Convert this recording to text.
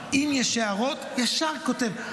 אם יש הערות, ישר כותב.